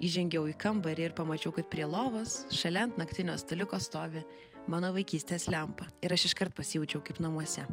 įžengiau į kambarį ir pamačiau kad prie lovos šalia naktinio staliuko stovi mano vaikystės lempa ir aš iškart pasijaučiau kaip namuose